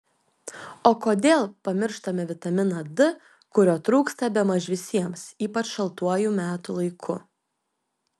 o kodėl pamištame vitaminą d kurio trūksta bemaž visiems ypač šaltuoju metų laiku